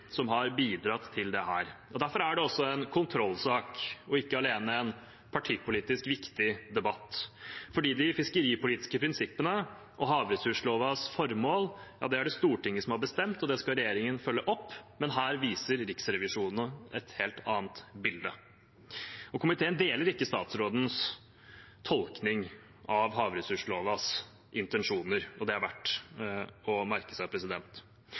som har bidratt til dette. Derfor er det også en kontrollsak og ikke alene en partipolitisk viktig debatt. De fiskeripolitiske prinsippene og havressurslovens formål er det Stortinget som har bestemt, og det skal regjeringen følge opp, men her viser Riksrevisjonen et helt annet bilde. Komiteen deler ikke statsrådens tolkning av havressurslovens intensjoner – og det er verdt å merke seg.